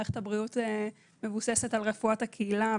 מערכת הבריאות מבוססת על רפואת הקהילה.